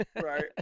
Right